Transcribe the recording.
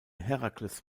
herakles